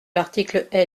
l’article